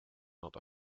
not